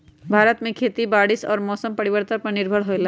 भारत में खेती बारिश और मौसम परिवर्तन पर निर्भर होयला